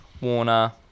Warner